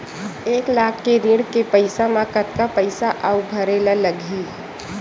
एक लाख के ऋण के पईसा म कतका पईसा आऊ भरे ला लगही?